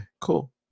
Cool